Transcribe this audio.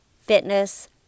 fitness